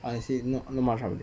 I_S_C not not much update